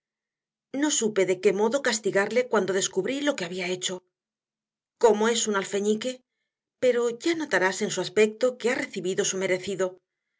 no supe de qué modo castigarle cuando descubrí lo que había hecho cómo es un alfeñique pero ya notarás en su aspecto que ha recibido su merecido